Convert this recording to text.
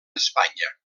espanya